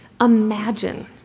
Imagine